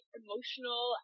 emotional